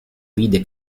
vide